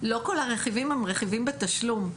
לא כל הרכיבים הם רכיבים בתשלום.